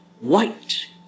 white